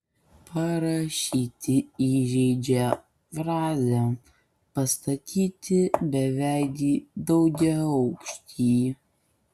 parašyti įžeidžią frazę pastatyti beveidį daugiaaukštį